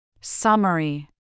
Summary